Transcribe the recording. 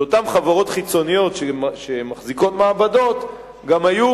ואותן חברות חיצוניות, שמחזיקות מעבדות, היו